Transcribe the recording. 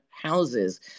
houses